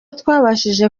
twabashije